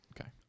Okay